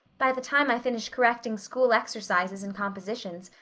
by the time i finish correcting school exercises and compositions,